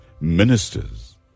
ministers